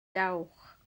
dawch